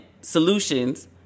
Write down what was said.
solutions